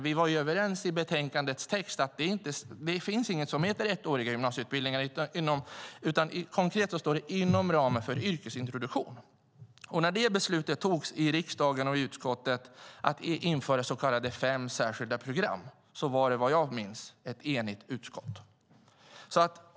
Vi var ju överens i betänkandets text om att det inte finns något som heter ettåriga gymnasieutbildningar, utan konkret står det inom ramen för yrkesintroduktion. När beslutet togs i riksdagen och i utskottet om att införa fem så kallade särskilda program var det, vad jag minns, ett enigt utskott.